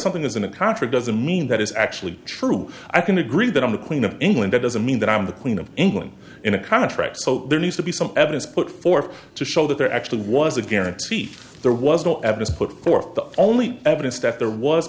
something is in a contract as a mean that is actually true i can agree that i'm the queen of england it doesn't mean that i'm the queen of england in a contract so there needs to be some evidence put forth to show that there actually was a guarantee there was no evidence put forth the only evidence that there was